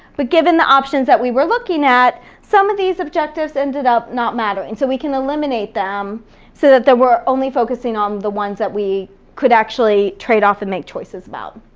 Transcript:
but given the options that we were looking at, some of these objectives ended up not mattering. so we can eliminate them so that we're only focusing on the ones that we could actually trade off and make choices about.